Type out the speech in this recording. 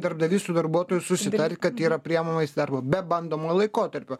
darbdavys su darbuotoju susitart kad yra priėmamas į darbą be bandomojo laikotarpio